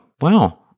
wow